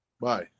Bye